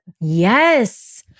Yes